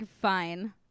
fine